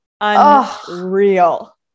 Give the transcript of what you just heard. unreal